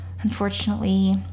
unfortunately